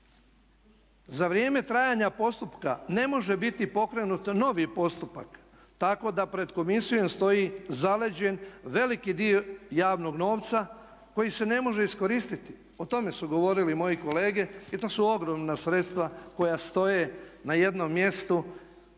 Za vrijeme trajanja postupka ne može biti pokrenut novi postupak tako da pred komisijom stoji zaleđen veliki dio javnog novca koji se ne može iskoristiti, o tome su govorili moji kolege i to su ogromna sredstva koja stoje na jednom mjestu